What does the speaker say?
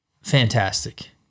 Fantastic